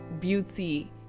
beauty